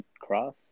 Cross